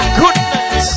goodness